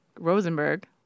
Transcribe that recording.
Rosenberg